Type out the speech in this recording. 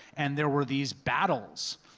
and there were these battles.